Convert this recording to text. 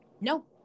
no